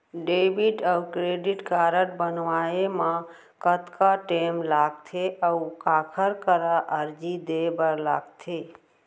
Debit अऊ credit card बनवाए मा कतका टेम लगथे, अऊ काखर करा अर्जी दे बर लगथे?